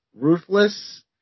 ruthless